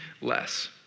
less